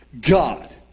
God